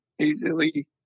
easily